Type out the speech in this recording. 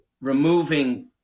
removing